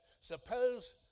suppose